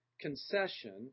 concession